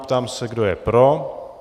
Ptám se, kdo je pro.